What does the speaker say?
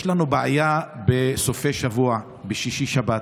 יש לנו בעיה בסופי שבוע, בשישי-שבת,